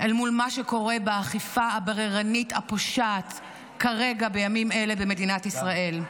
אל מול מה שקורה באכיפה הבררנית הפושעת כרגע בימים אלה במדינת ישראל.